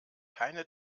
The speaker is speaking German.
keine